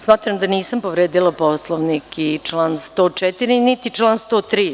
Smatram da nisam povredila Poslovnik i član 104, niti član 103.